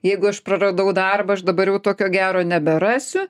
jeigu aš praradau darbą aš dabar jau tokio gero neberasiu